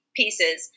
pieces